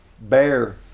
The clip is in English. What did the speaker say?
bear